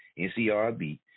NCRB